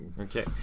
Okay